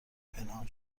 پنهان